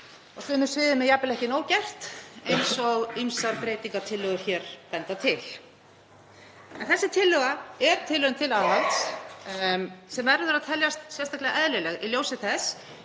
Á sumum sviðum er jafnvel ekki nóg gert eins og ýmsar breytingartillögur hér benda til. Þessi tillaga er tilraun til aðhalds sem verður að teljast sérstaklega eðlileg í ljósi þess